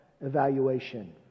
evaluation